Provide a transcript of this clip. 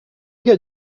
get